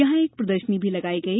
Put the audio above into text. यहां एक प्रदर्शनी भी लगाई गई